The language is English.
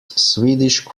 swedish